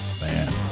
man